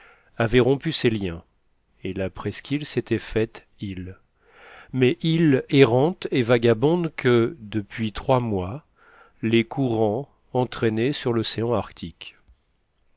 avait rompu ses liens et la presqu'île s'était faite île mais île errante et vagabonde que depuis trois mois les courants entraînaient sur l'océan arctique